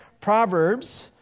Proverbs